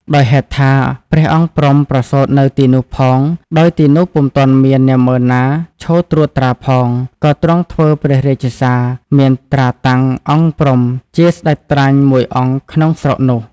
ដោយហេតុថា ព្រះអង្គព្រំ ប្រសូតនៅទីនោះផង ដោយទីនោះពុំទាន់មាននាហ្មឺនណាឈរត្រួតត្រាផង ក៏ទ្រង់ធ្វើព្រះរាជសារមានត្រាតាំង អង្គព្រំ ជាសេ្តចក្រាញ់មួយអង្គក្នុងស្រុកនោះ។